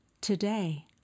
today